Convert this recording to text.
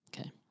Okay